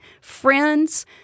friends